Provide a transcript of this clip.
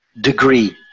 degree